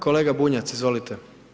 Kolega Bunjac, izvolite.